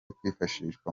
kwifashishwa